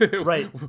Right